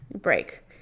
break